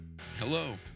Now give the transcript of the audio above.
Hello